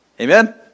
amen